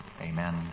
Amen